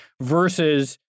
versus